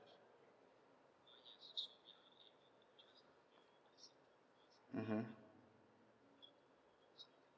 mmhmm